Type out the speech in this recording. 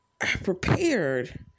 prepared